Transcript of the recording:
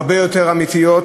הרבה יותר אמיתיות.